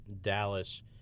Dallas